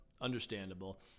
understandable